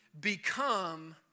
become